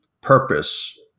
purpose